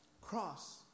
cross